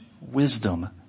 wisdom